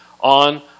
on